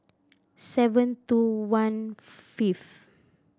seven two one fifth